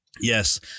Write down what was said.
Yes